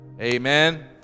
Amen